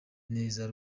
neza